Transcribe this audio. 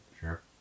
Sure